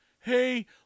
hey